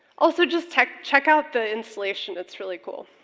also just check check out the installation, it's really cool.